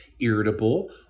irritable